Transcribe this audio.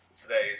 today